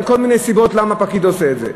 עם כל מיני סיבות למה פקיד עושה את זה.